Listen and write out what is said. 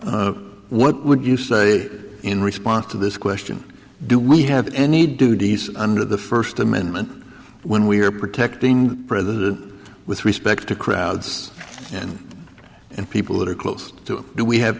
what would you say in response to this question do we have any duties under the first amendment when we are protecting the president with respect to crowds and and people that are close to do we have